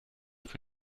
für